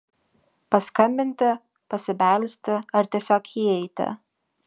paskambinti pasibelsti ar tiesiog įeiti